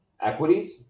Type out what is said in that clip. Equities